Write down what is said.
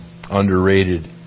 underrated